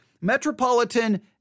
Metropolitan